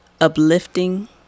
uplifting